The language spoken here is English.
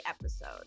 episode